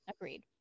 Agreed